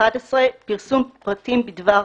פרסום פרטים בדבר